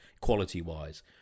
quality-wise